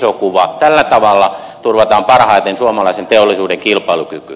tällä tavalla turvataan parhaiten suomalaisen teollisuuden kilpailukyky